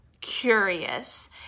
curious